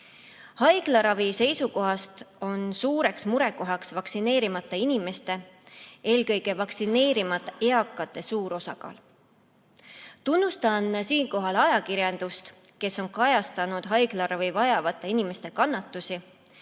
Haiglaravi seisukohast on suureks murekohaks vaktsineerimata inimeste, eelkõige vaktsineerimata eakate suur osakaal. Tunnustan siinkohal ajakirjandust, kes on kajastanud haiglaravi vajavate inimeste kannatusi